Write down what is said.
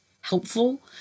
helpful